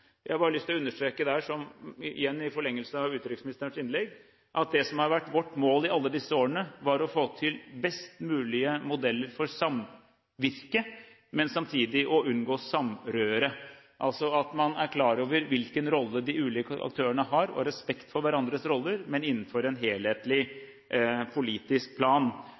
Jeg har bare lyst til å understreke, igjen i forlengelsen av utenriksministerens innlegg, at det som har vært vårt mål i alle disse årene, har vært å få til best mulige modeller for samvirke, men samtidig å unngå samrøre, altså at man er klar over hvilken rolle de ulike aktørene har, og har respekt for hverandres rolle, men innenfor en helhetlig politisk plan.